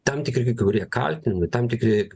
tam tikri kai kurie kaltinimai tam tikri